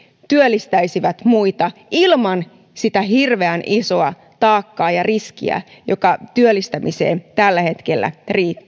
työllistäisivät muita ilman sitä hirveän isoa taakkaa ja riskiä joka työllistämiseen tällä hetkellä